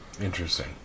Interesting